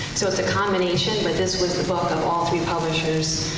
so it's a combination, but this was the book of all three publishers,